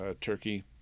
turkey